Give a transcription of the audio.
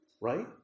right